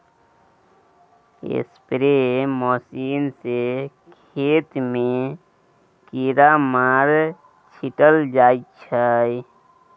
spray machine सँ खेत मे कीरामार छीटल जाइ छै